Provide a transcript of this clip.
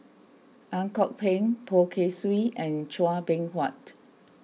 Ang Kok Peng Poh Kay Swee and Chua Beng Huat